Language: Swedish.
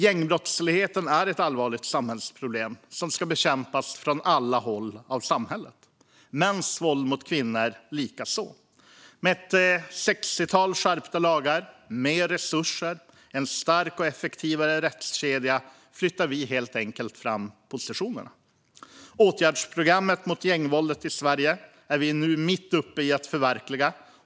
Gängbrottsligheten är ett allvarligt samhällsproblem som ska bekämpas från alla håll av samhället, och mäns våld mot kvinnor likaså. Med ett sextiotal skärpta lagar, mer resurser och en starkare och effektivare rättskedja flyttar vi helt enkelt fram positionerna. Åtgärdsprogrammet mot gängvåldet i Sverige är vi nu mitt uppe i att förverkliga.